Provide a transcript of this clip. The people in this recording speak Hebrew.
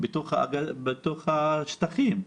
בתוך השטחים?